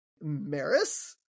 Maris